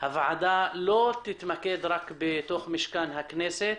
הוועדה לא תתמקד רק בתוך משכן הכנסת,